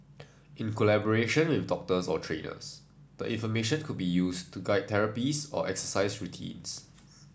in collaboration with doctors or trainers the information could be used to guide therapies or exercise routines